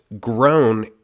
grown